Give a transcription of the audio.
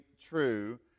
true